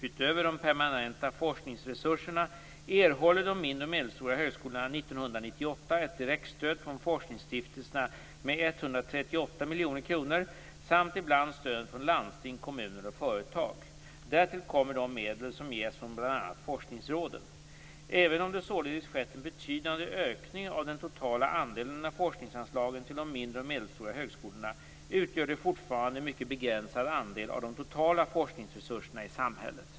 Utöver de permanenta forskningsresurserna erhåller de mindre och medelstora högskolorna 1998 ett direktstöd från forskningsstiftelserna med 138 miljoner kronor samt ibland stöd från landsting, kommuner och företag. Därtill kommer de medel som ges från bl.a. Även om det således skett en betydande ökning av den totala andelen av forskningsanlagen till de mindre och medelstora högskolorna utgör de fortfarande en mycket begränsad andel av de totala forskningsresurserna i samhället.